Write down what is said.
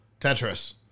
Tetris